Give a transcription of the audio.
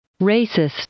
racist